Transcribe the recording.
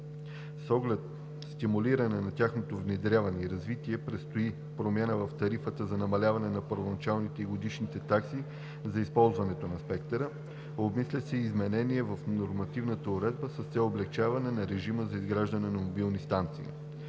С оглед стимулиране на тяхното внедряване и развитие предстои промяна в тарифата за намаляване на първоначалните и годишните такси за използването на спектъра. Обмисля се и изменение в нормативната уредба с цел облекчаване на режима за изграждане на мобилни станции.